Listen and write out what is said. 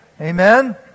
Amen